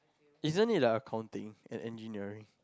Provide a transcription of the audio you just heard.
isn't it the accounting and engineering